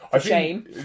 Shame